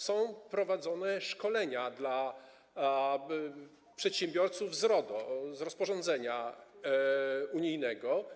Są prowadzone szkolenia dla przedsiębiorców z zakresu RODO, rozporządzenia unijnego.